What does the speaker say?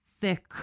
thick